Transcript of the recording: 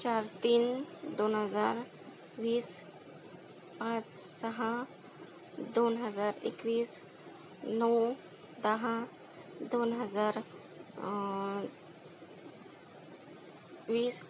चार तीन दोन हजार वीस आठ सहा दोन हजार एकवीस नऊ दहा दोन हजार वीस